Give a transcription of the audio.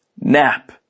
Nap